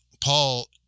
Paul